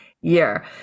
year